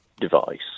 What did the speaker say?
device